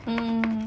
hmm